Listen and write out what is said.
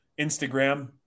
Instagram